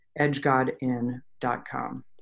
edgegodin.com